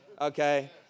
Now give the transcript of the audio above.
Okay